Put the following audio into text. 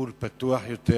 שיקול פתוח יותר,